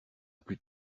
plus